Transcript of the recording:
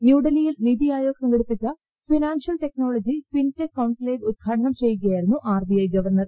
ന്യൂഡൽഹിയിൽ നിതി ആയോഗ് സംഘടിപ്പിച്ച financial technology fintech conclave ഉദ്ഘാടനക ചെയ്യുകയായിരുന്നു ആർ ബി ഐ ഗവർണർ